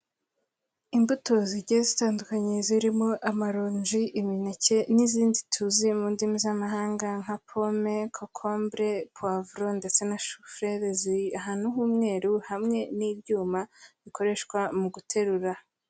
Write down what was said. Imbuto zigiye zitandukanye zirimo amaronji, imineke n'izindi tuzi mu ndimi z'amahanga nka pome, kokombure, puwavuro ndetse na shufureri ziri ahantu h'umweru hamwe n'ibyuma bikoreshwa mu guterura.